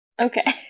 Okay